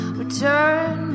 return